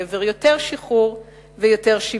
לעבר יותר שחרור ויותר שוויון.